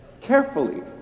carefully